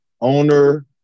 owner